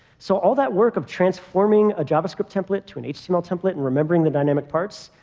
so all that work of transforming a javascript template to an html template and remembering the dynamic parts,